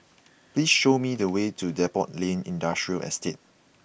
please show me the way to Depot Lane Industrial Estate